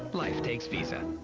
life takes visa.